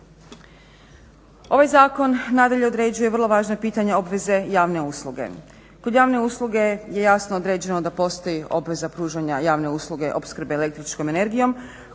Ovaj zakon nadalje određuje vrlo važna pitanja obveze javne usluge. Kod javne usluge je jasno određeno da postoji obveza pružanja javne usluge opskrbe električnom energijom